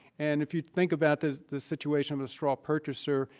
and if you think about the the situation with a straw purchaser,